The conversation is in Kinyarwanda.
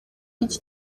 iki